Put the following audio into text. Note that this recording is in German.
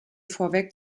vorwerk